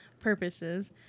purposes